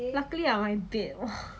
luckily I'm on my bed !wah!